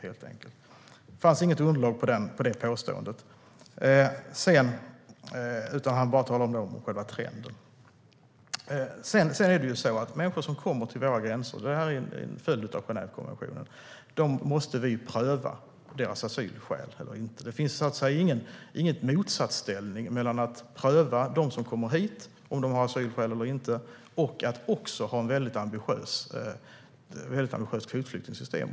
Det fanns inget underlag för påståendet, utan han talade bara om själva trenden. En följd av Genèvekonventionen är att vi måste pröva asylskälen för de människor som kommer till våra gränser. Det finns ingen motsatsställning mellan att pröva om de som kommer hit har asylskäl eller inte och att även ha ett ambitiöst kvotflyktingssystem.